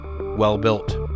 Well-built